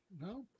No